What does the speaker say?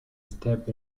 step